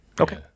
Okay